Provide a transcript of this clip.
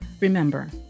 Remember